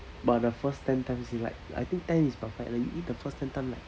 but the first ten times you like I think ten is perfect leh you eat the first ten times like